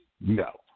No